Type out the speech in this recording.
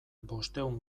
bostehun